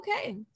okay